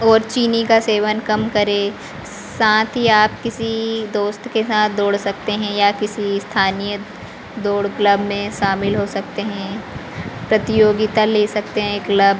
और चीनी का सेवन कम करें साथ ही आप किसी दोस्त के साथ दौड़ सकते हैं या किसी स्थानीय दौड़ क्लब में शामिल हो सकते हैं प्रतियोगिता ले सकते हैं क्लब